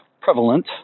prevalent